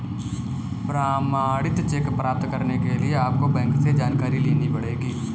प्रमाणित चेक प्राप्त करने के लिए आपको बैंक से जानकारी लेनी पढ़ेगी